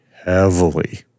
heavily